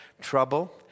trouble